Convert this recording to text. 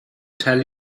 tell